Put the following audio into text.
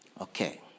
Okay